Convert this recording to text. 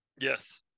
Yes